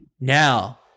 Now